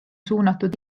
suunatud